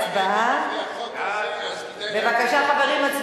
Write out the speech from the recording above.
ש"ס מתפרקת אחרי החוק הזה, אז כדאי להצביע.